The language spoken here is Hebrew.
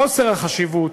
חוסר החשיבות,